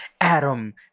Adam